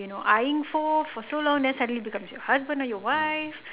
you know eyeing for for so long then suddenly becomes your husband or your wife